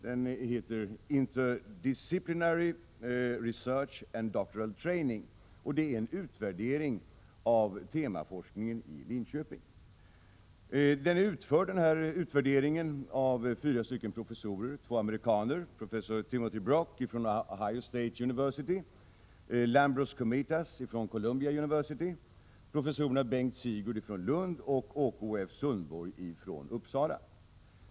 Den heter Interdisciplinary Research and Doctoral Training, och det är en utvärdering av temaforskningen i Linköping. Utvärderingen är utförd av fyra professorer, varav två amerikaner. Det är Timothy Brock, Ohio State University, Lambros Comitas, Columbia University, Bengt Sigurd, Lund, och Åke O. F. Sundborg, Uppsala.